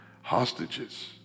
hostages